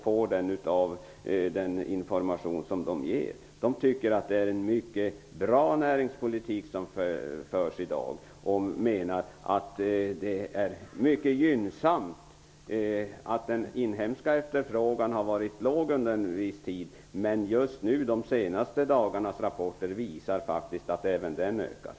Man tycker att det i dag förs en mycket bra näringspolitik. Den inhemska efterfrågan har varit låg under en tid, men de senaste dagarnas rapporter visar att även den ökar.